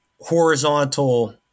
horizontal